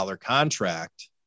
contract